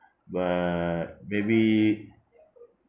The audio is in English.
but maybe